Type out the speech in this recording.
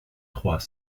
trois